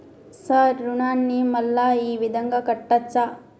Sir రుణాన్ని మళ్ళా ఈ విధంగా కట్టచ్చా?